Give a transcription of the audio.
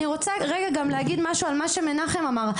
אני רוצה להתייחס למה שמנחם אמר.